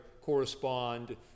correspond